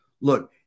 Look